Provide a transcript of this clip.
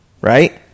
right